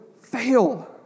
fail